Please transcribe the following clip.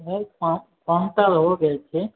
नहि कम कम तऽ हो जेतै